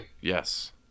Yes